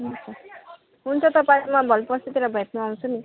हुन्छ हुन्छ तपाईँलाई म भोलिपर्सितिर भेट्नु आउँछु नि